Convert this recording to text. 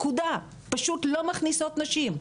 פשוט לא מכניסות נשים.